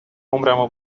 عمرمو